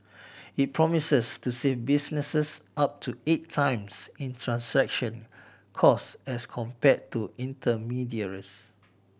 it promises to save businesses up to eight times in transaction cost as compared to intermediaries